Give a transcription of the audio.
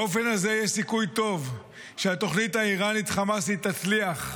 באופן הזה יש סיכוי טוב שהתוכנית האיראנית-חמאסית תצליח.